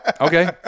okay